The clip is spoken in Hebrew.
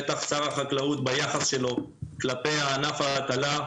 בטח שר החקלאות ביחס שלו כלפי ענף ההטלה,